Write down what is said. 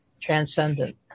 transcendent